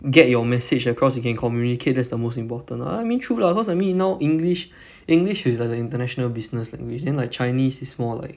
get your message across you can communicate that's the most important ah I mean true lah cause I mean now english english is like the international business language then like chinese is more like